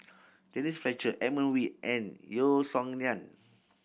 Denise Fletcher Edmund Wee and Yeo Song Nian